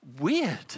weird